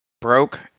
broke